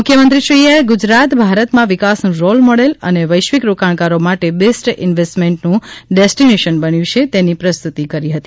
મુખ્યમંત્રીશ્રીએ ગુજરાત ભારતમાં વિકાસનું રોલ મોડેલ અને વૈશ્વિક રોકાણકારો માટે બેસ્ટ ઇન્વેસ્ટમેન્ટ ડેસ્ટિનેશન બન્યું છે તેની પ્રસ્તુતિ કરી હતી